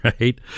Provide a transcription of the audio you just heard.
right